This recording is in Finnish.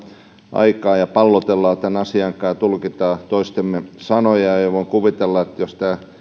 aikaa ja pallotellaan tämän asian kanssa ja tulkitaan toistemme sanoja voin kuvitella että jos tämä